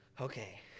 okay